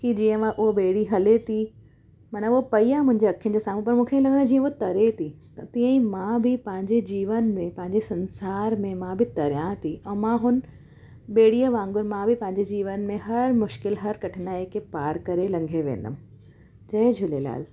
की जीअं मां उहो ॿेड़ी हले थी मना उहो पई आहे मुंहिंजे अख़ियुनि जे साम्हू पर मूंखे लॻे की जीअं उहा तरे थी त तीअं ई मां बि पंहिंजे जीवन में पंहिंजे संसार में मां बि तरियां थी ऐं मां हुन ॿेड़ीअ वांगुर मां बि पंहिंजे जीवन में हर मुश्किल हर कठिनाईअ खे पार करे लंघे वेंदमि जय झूलेलाल